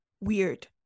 weird